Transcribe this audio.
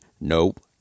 nope